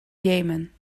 jemen